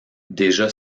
déjà